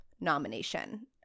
nomination